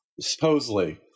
supposedly